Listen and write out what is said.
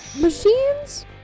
machines